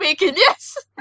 yes